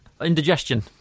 Indigestion